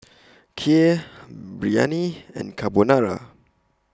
Kheer Biryani and Carbonara